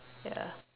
ya